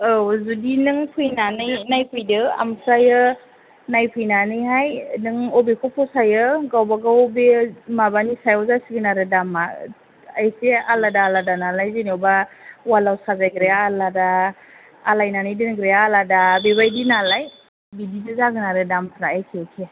औ जुदि नों फैनानै नायफैदो ओमफ्रायो नायफैनानैहाय नों बबेखौ फसायो गावबागाव बे माबानि सायाव जासिगोन आरो दामा इसे आलादा आलादा नालाय जेन'बा अवालाव साजायग्राया आलादा आलायनानै दोनग्राया आलादा बेबायदि नालाय बिदिनो जागोन आरो दामफ्रा एखे एखे